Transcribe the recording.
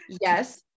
Yes